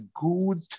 good